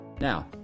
Now